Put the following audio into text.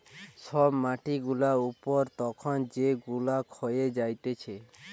সব মাটি গুলা উপর তখন যেগুলা ক্ষয়ে যাতিছে